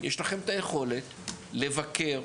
יש את היכולת לבקר,